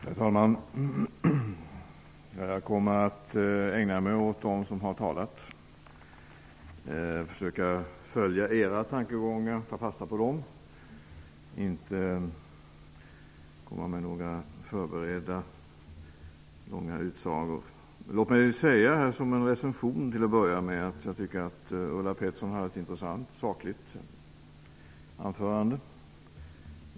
Herr talman! Jag kommer att ägna mig åt dem som har talat, försöka följa deras tankegångar och ta fasta på dem och inte komma med några förberedda, långa utsagor. Låt mig till att börja med säga som en recension att jag tycker att Ulla Pettersson hade ett intressant, sakligt anförande.